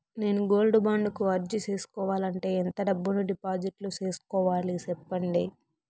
నేను gold bond కు అర్జీ సేసుకోవాలంటే ఎంత డబ్బును డిపాజిట్లు సేసుకోవాలి సెప్పండి